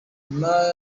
nyuma